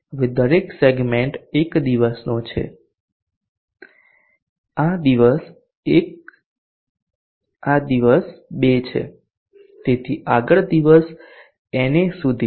હવે દરેક સેગમેન્ટ એક દિવસનો છે આ દિવસ 1 દિવસ 2 છે તેથી આગળ દિવસ na સુધી